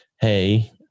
hey